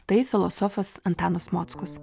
taip filosofas antanas mockus